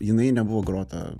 jinai nebuvo grota